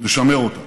לשמר אותה.